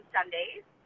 Sundays